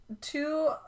two